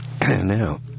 now